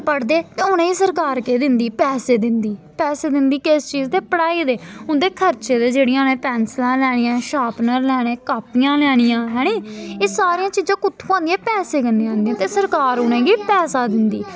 पढ़दे ते उ'नेंगी सरकार केह् दिंदी पैसे दिंदी पैसे दिंदी किस चीज़ दे पढ़ाई दे उं'दे खर्चे दे जेह्ड़ियां उ'नें पैंसिलां लैनियां शार्पनर लैने कापियां लैनियां हैनी एह् सारियां चीज़ां कु'त्थुआं आंदियां पैसे कन्नै आंदियां ते सरकार उ'नेंगी पैसा दिंदी